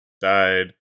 died